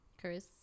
Chris